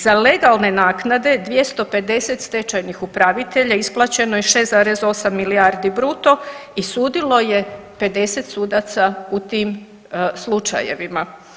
Za legalne naknade 250 stečajnih upravitelja isplaćeno je 6,8 milijardi bruto i sudilo je 50 sudaca u tim slučajevima.